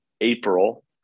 April